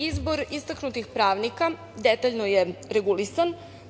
Izbor istaknutih pravnika detaljno je regulisan.